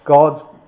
God's